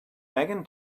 megan